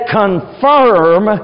confirm